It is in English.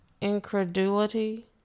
Incredulity